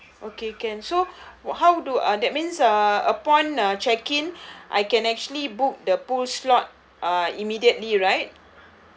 okay can so how do I uh that means uh upon uh check in I can actually book the pool slots uh immediately right